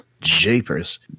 japers